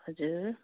हजुर